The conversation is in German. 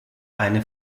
eine